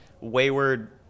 Wayward